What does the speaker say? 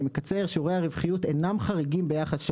- אני מקצר - שיעורי הרווחיות אינם חריגים ביחס של